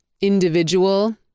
individual